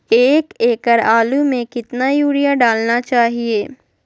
एक एकड़ आलु में कितना युरिया डालना चाहिए?